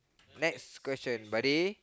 next question buddy